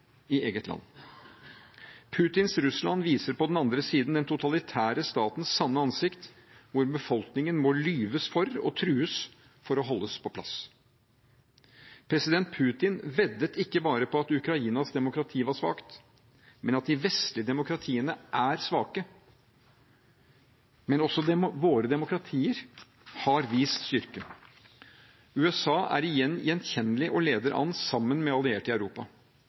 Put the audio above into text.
i eget land. Putins Russland viser på den andre siden den totalitære statens sanne ansikt, hvor befolkningen må lyves for og trues for å holdes på plass. President Putin veddet ikke bare på at Ukrainas demokrati var svakt, men at de vestlige demokratiene er svake. Men også våre demokratier har vist styrke. USA er igjen gjenkjennelig og leder an – sammen med allierte i Europa.